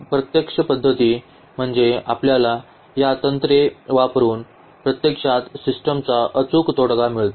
प्रत्यक्ष पध्दती म्हणजे आपल्याला या तंत्रे वापरुन प्रत्यक्षात सिस्टमचा अचूक तोडगा मिळतो